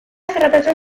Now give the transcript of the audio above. zaratatxo